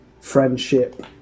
friendship